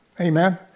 Amen